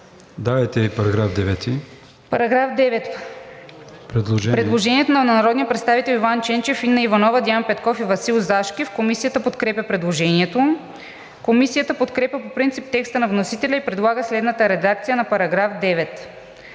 ал. 1.“ Параграф 10 – предложение на народните представители Иван Ченчев, Инна Иванова, Деян Петков и Васил Зашкев. Комисията подкрепя предложението. Комисията подкрепя по принцип текста на вносителя и предлага следната редакция на §